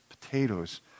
potatoes